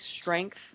strength